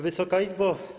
Wysoka Izbo!